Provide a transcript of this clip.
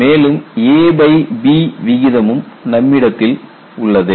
மேலும் aB விகிதமும் நம்மிடத்தில் உள்ளது